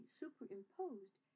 superimposed